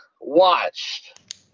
watched